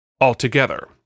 altogether